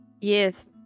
Yes